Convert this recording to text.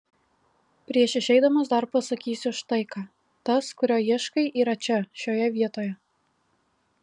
prieš išeidamas dar pasakysiu štai ką tas kurio ieškai yra čia šioje vietoje